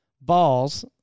balls